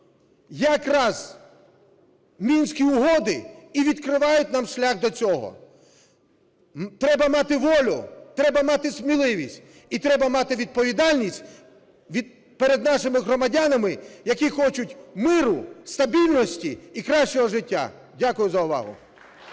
Якраз Мінські угоди і відкривають нам шлях до цього. Треба мати волю, треба мати сміливість і треба мати відповідальність перед нашими громадянами, які хочуть миру, стабільності і кращого життя. Дякую за увагу.